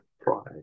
pride